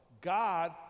God